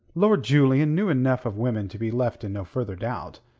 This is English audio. lord julian knew enough of women to be left in no further doubt.